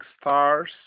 stars